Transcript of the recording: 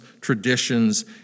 traditions